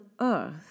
earth